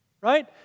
Right